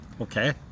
Okay